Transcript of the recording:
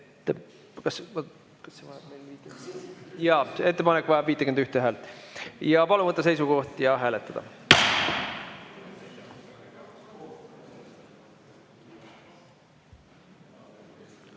ettepanek vajab 51 häält. Palun võtta seisukoht ja hääletada!